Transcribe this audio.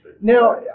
Now